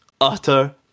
utter